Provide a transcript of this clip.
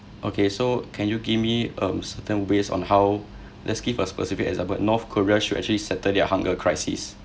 okay so can you give me um certain ways on how let's give a specific example north korea should actually settle their hunger crisis